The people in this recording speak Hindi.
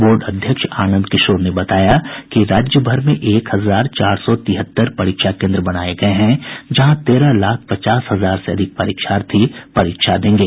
बोर्ड अध्यक्ष आनंद किशोर ने बताया कि राज्यभर में एक हजार चार सौ तिहत्तर परीक्षा केन्द्र बनाये गये हैं जहां तेरह लाख पचास हजार से अधिक परीक्षार्थी परीक्षा देंगे